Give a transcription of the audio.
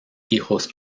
hijos